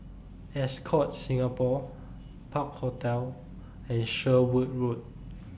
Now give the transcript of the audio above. Ascott Singapore Park Hotel and Sherwood Road